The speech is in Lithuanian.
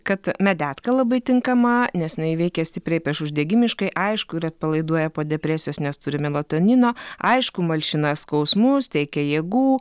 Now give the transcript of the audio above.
kad medetka labai tinkama nes jinai veikia stipriai priešuždegimiškai aišku ir atpalaiduoja po depresijos nes turi melatonino aišku malšina skausmus teikia jėgų